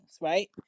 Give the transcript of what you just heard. right